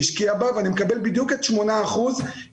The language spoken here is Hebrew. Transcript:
אני לא רוצה לתת שמות כי זה גנרי.